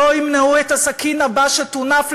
לא ימנעו את הסכין הבא שתונף,